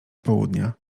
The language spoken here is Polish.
południa